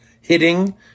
hitting